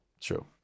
True